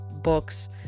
books